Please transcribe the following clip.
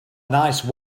nice